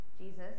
Jesus